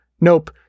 nope